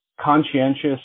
conscientious